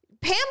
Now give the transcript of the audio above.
Pam